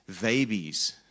babies